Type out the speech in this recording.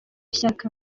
shyaka